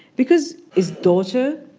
because his daughter,